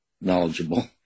knowledgeable